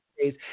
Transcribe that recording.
days